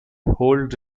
hold